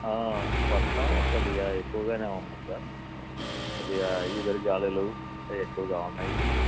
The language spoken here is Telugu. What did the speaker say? వర్షం కొద్దిగా ఎక్కువగానే ఉంది సార్ కొద్దిగా ఈదురు గాలులు అవి ఎక్కువగా ఉన్నాయి